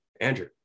Andrew